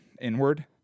inward